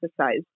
exercise